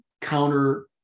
counter